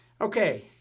Okay